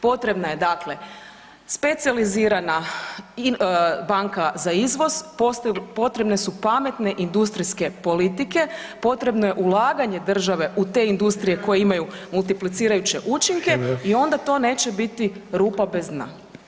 Potrebna je dakle specijalizirana banka za izvoz, potrebne su pametne industrijske politike, potrebno je ulaganje države u te industrije koje imaju mulitiplicirajuće učinke [[Upadica: Vrijeme.]] i onda to neće biti rupa bez dna.